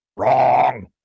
Wrong